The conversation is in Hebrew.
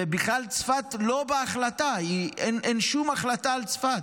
וצפת בכלל לא בהחלטה, אין שום החלטה על צפת.